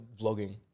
vlogging